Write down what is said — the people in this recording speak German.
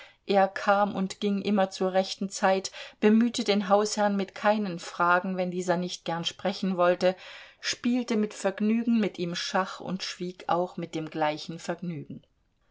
er kam und ging immer zur rechten zeit bemühte den hausherrn mit keinen fragen wenn dieser nicht gern sprechen wollte spielte mit vergnügen mit ihm schach und schwieg auch mit dem gleichen vergnügen